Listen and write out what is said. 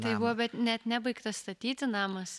tai buvo net nebaigtas statyti namas